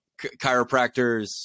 chiropractors